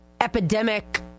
epidemic